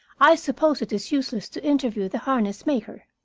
i suppose it is useless to interview the harness-maker.